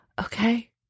okay